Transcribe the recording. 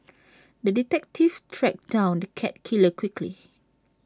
the detective tracked down the cat killer quickly